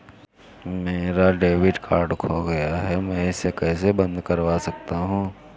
मेरा debit card खो गया है मैं इसे कैसे बंद करवा सकता हूँ?